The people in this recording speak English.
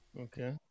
Okay